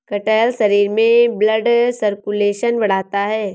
कटहल शरीर में ब्लड सर्कुलेशन बढ़ाता है